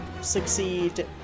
succeed